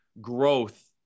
growth